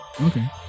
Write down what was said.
Okay